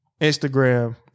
Instagram